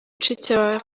ghana